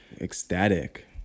ecstatic